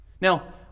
Now